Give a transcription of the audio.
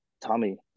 Tommy